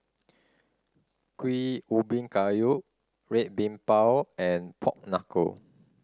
Kuih Ubi Kayu Red Bean Bao and pork knuckle